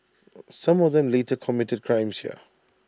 some of them later committed crimes here